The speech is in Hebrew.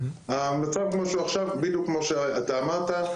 המצב כמו שהוא עכשיו בדיוק כמו שאתה אמרת.